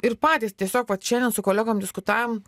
ir patys tiesiog vat šiandien su kolegom diskutavom